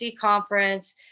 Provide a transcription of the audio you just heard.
conference